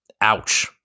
Ouch